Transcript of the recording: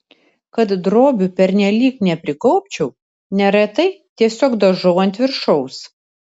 kad drobių pernelyg neprikaupčiau neretai tiesiog dažau ant viršaus